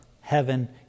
heaven